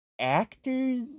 actors